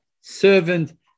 servant